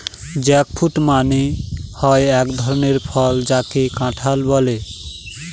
jackfruit মানে হয় এক ধরনের ফল যাকে কাঁঠাল বলে